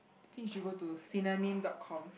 I think you should go to synonym dot com